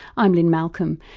i'm lynne malcolm,